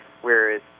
whereas